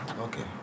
okay